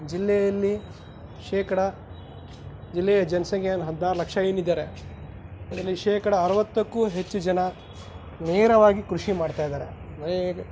ಜಿಲ್ಲೆಯಲ್ಲಿ ಶೇಕಡ ಜಿಲ್ಲೆಯ ಜನಸಂಖ್ಯೆ ಹದಿನಾರು ಲಕ್ಷ ಏನು ಇದ್ದಾರೆ ಅದರಲ್ಲಿ ಶೇಕಡ ಅರುವತ್ತಕ್ಕೂ ಹೆಚ್ಚು ಜನ ನೇರವಾಗಿ ಕೃಷಿ ಮಾಡ್ತಾ ಇದ್ದಾರೆ ಅನೇಕ